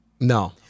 No